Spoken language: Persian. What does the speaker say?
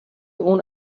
اون